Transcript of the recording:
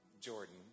Jordan